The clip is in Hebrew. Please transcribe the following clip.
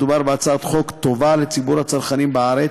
מדובר בהצעת חוק טובה לציבור הצרכנים בארץ,